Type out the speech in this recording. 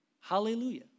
Hallelujah